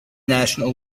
national